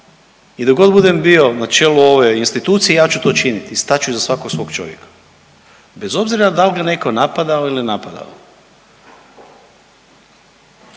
i dok god budem bio na čelu ove institucije ja ću to činiti, stat ću iza svakog svog čovjeka bez obzira da li ga netko napadao ili ne napadao.